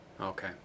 Okay